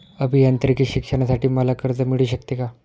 अभियांत्रिकी शिक्षणासाठी मला कर्ज मिळू शकते का?